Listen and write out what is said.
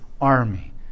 army